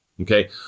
Okay